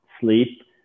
sleep